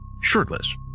shirtless